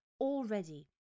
already